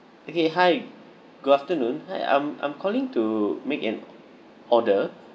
okay hi good afternoon I'm I'm calling to make an order